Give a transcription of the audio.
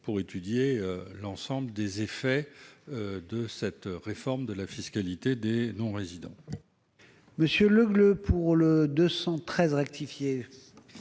pour étudier l'ensemble des effets de cette réforme de la fiscalité des non-résidents.